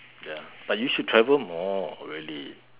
ya but you should travel more really